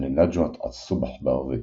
לנג'מת א-צבח בערבית.